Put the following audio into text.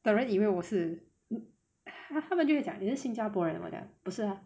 的人以为我是他们就会讲你是新加坡人我讲不是啊